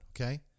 okay